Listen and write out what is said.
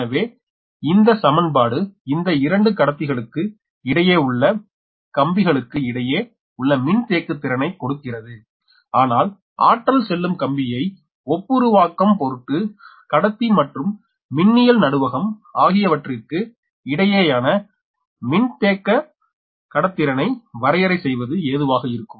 எனவே இந்த சமன்பாடு இந்த இரண்டு கடத்திகளுக்கு இடையே உள்ள கம்பிகளுக்கு இடையே உள்ள மின்தேக்குத் திறனை கொடுக்கிறது ஆனால் ஆற்றல் செல்லும் கம்பியை ஒப்புருவாக்கம் பொருட்டு கடத்தி மற்றும் மின்னியல் நடுவகம் ஆகியவற்றிற்கு இடையேயான மின்தேக்கடத்திறனை வரையறை செய்வது ஏதுவாக இருக்கும்